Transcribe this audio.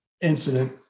incident